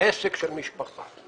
עסק של משפחה.